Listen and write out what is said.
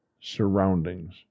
surroundings